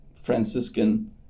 Franciscan